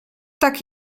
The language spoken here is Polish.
tak